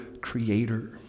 creator